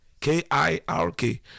K-I-R-K